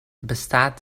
bestaat